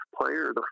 player